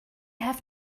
have